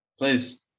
please